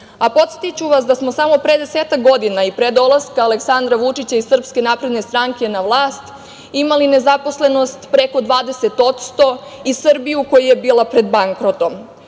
Podsetiću vas da smo samo pre desetak godina i pre dolaska Aleksandra Vučića i SNS na vlast imali nezaposlenost preko 20% i Srbiju koja je bila pred bankrotom.